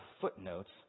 footnotes